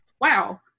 wow